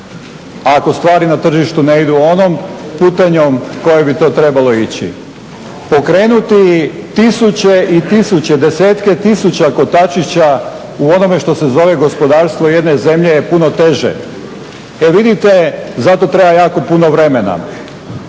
a ako stvar na tržištu ne idu onom putanjom kojom bi to trebalo. Pokrenuti tisuće i tisuće, desetke tisuća kotačića u onome što se zove gospodarstvo jedne zemlje je puno teže. E vidite za to treba jako puno vremena.